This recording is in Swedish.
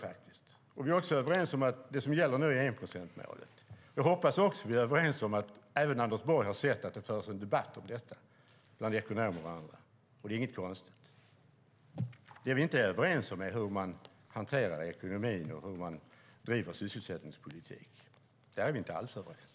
Vi är också överens om att det som gäller nu är enprocentsmålet. Jag hoppas också att vi är överens om att även Anders Borg har sett att det förs en debatt om detta bland ekonomerna, och det är inget konstigt. Det vi inte är överens om är hur man hanterar ekonomin och hur man driver sysselsättningspolitik. Där är vi inte alls överens.